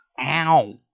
Ow